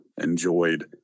enjoyed